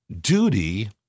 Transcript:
Duty